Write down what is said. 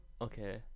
okay